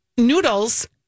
Noodles